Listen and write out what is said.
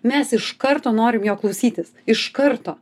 mes iš karto norim jo klausytis iš karto